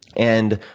and,